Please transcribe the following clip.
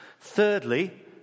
Thirdly